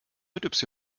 mit